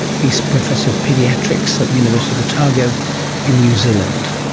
he is professor of paediatrics at the university of otago in new zealand,